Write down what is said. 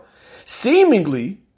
seemingly